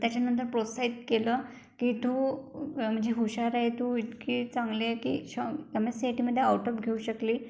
त्याच्यानंतर प्रोत्साहित केलं की तू म्हणजे हुशार आहे तू इतकी चांगली आहे की श एम एच सी आय टीमध्ये आऊट ऑफ घेऊ शकली